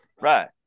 Right